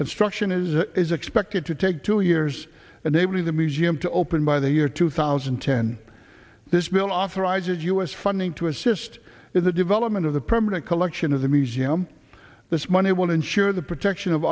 construction is it is expected to take two years and maybe the museum to open by the year two thousand and ten this bill authorizes us funding to assist in the development of the permanent collection of the museum this money will ensure the protection of